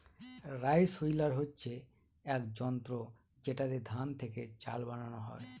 rice huller হচ্ছে এক যন্ত্র যেটাতে ধান থেকে চাল বানানো হয়